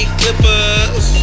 clippers